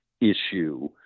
issue